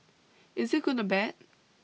is it good or bad